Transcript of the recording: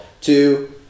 Two